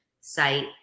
site